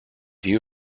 view